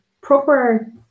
proper